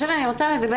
אני רוצה לדבר